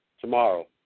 tomorrow